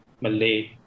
Malay